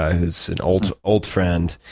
who is an old old friend,